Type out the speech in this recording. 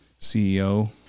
CEO